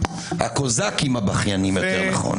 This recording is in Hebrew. הקוזאקים הבכיינים, יותר נכון.